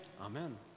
Amen